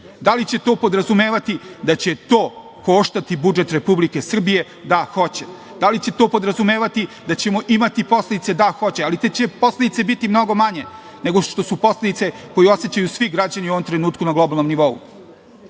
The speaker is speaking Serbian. li će to podrazumevati da će to koštati budžet Republike Srbije? Da, hoće. Da li će to podrazumevati da ćemo imati posledice? Da, hoće, ali će te posledice biti mnogo manje nego što su posledice koje osećaju svi građani u ovom trenutku na globalnom nivou. Jaka